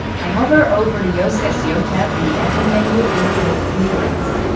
i hover over the yoast seo tab in the admin menu and click redirects.